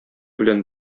белән